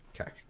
Okay